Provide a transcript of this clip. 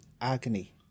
agony